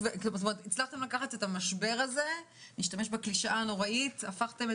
הצלחתם להשתמש במשבר הזה כדי להפוך את